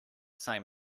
same